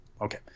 Okay